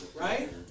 Right